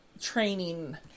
training